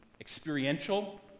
experiential